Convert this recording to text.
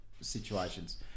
situations